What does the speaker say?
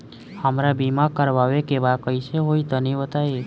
हमरा बीमा करावे के बा कइसे होई तनि बताईं?